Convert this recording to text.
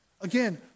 Again